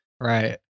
Right